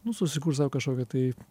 nu susikurt savo kažkokią tai